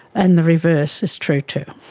and the reverse is true too.